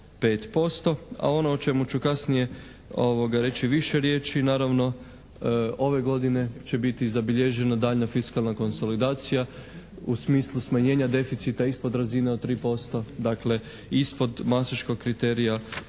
5%, a ono o čemu ću kasnije reći više riječi naravno ove godine će biti zabilježena daljnja fiskalna konsolidacija u smislu smanjenja deficita ispod razine od 3%, dakle ispod mastriškog kriterija,